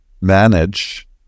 manage